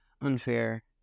unfair